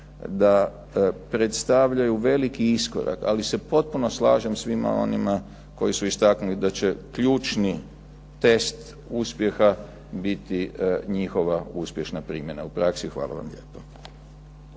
da predstavljaju veliki iskorak. Ali se potpuno slažem sa svima onima koji su istaknuli da će ključni tekst uspjeha biti njihova uspješna primjena u praksi. Hvala vam lijepa.